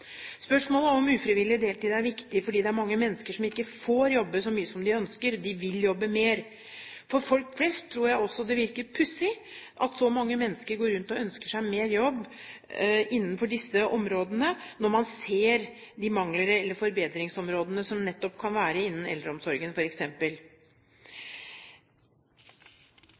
Spørsmålet om ufrivillig deltid er viktig fordi det er mange mennesker som ikke får jobbe så mye som de ønsker – de vil jobbe mer. For folk flest tror jeg også det virker pussig at så mange mennesker går rundt og ønsker seg mer jobb innenfor disse områdene, når man ser de mangler eller forbedringsområdene som nettopp kan være innen f.eks. eldreomsorgen.